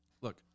Look